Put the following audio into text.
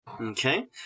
Okay